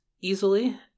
easily